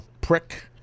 Prick